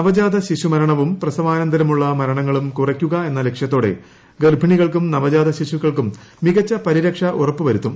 നവജാത ശിശു മരണവും പ്രസവാനന്തരമുളള മരണങ്ങളും കുറയ്ക്കുക എന്ന ലക്ഷ്യത്തോടെ ഗർഭിണികൾക്കും നവജാത ശിശുക്കൾക്കും മികച്ച പരിരക്ഷ ഉറപ്പു വരുത്തും